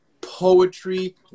poetry